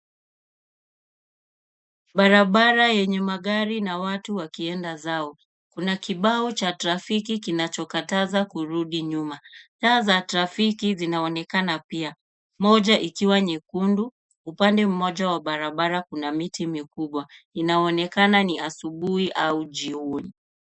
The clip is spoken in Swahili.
Barabara yenye magari na watu wakienda zao. Kuna kibao cha trafiki kinachokataza kurudi nyuma. Taa za trafiki zinaonekana pia, moja ikiwa nyekundu. Upande mmoja wa barabara kuna miti mikubwa. Inaonekana ni asubuhi au jioni.